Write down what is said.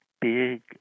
big